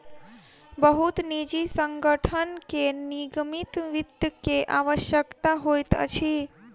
बहुत निजी संगठन के निगमित वित्त के आवश्यकता होइत अछि